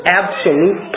absolute